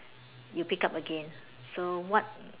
you pick up again so what